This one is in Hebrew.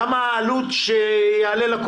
כמה העלות לקופות?